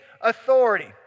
authority